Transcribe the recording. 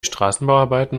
straßenbauarbeiten